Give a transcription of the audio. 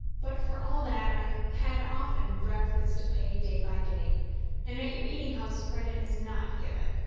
but for all that i had often breakfast to pay day by day and at your eating-house credit is not given.